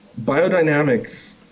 biodynamics